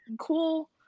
cool